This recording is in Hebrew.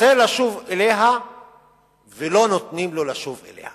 רוצה לשוב אליה ולא נותנים לו לשוב אליה.